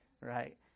right